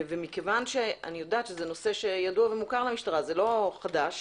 ומכיוון שאני יודעת שזה נושא שידוע ומוכר למשטרה זה לא חדש